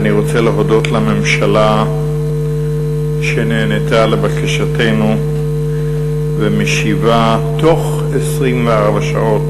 אני רוצה להודות לממשלה על שנענתה לבקשתנו ומשיבה בתוך 24 שעות,